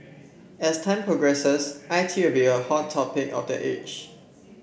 as time progresses I T will be a hot topic of the age